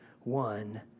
one